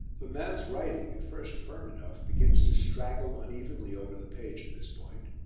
the man's writing, at first firm enough, begins to straggle unevenly over the page at this point.